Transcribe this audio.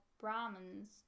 Brahmins